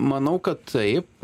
manau kad taip